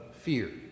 fear